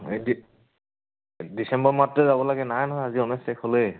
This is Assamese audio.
এই ডি ডিচেম্বৰ মাহটোতে যাব লাগে নাই নহয় আজি ঊনৈছ তাৰিখ হ'লেই